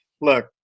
look